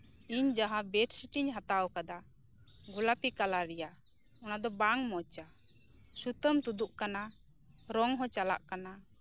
ᱤᱧ ᱡᱟᱦᱟᱸ ᱵᱮᱹᱰᱥᱤᱴᱤᱧ ᱦᱟᱛᱟᱣ ᱟᱠᱟᱫᱟ ᱜᱳᱞᱟᱯᱤ ᱠᱟᱞᱟᱨ ᱨᱮᱭᱟᱜ ᱚᱱᱟᱫᱚ ᱵᱟᱝ ᱢᱚᱡᱟ ᱥᱩᱛᱟᱹᱢ ᱛᱩᱫᱩᱜ ᱠᱟᱱᱟ ᱨᱚᱝ ᱦᱚᱸ ᱪᱟᱞᱟᱜ ᱠᱟᱱᱟ